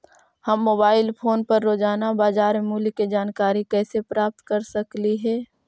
हम mobile phone पर रोजाना बाजार मूल्य के जानकारी कैसे प्राप्त कर सकली हे?